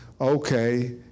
okay